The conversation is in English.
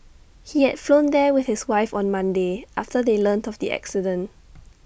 he had flown there with his wife on Monday after they learnt of the accident